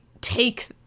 take